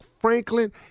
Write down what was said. Franklin